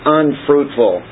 unfruitful